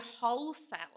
wholesale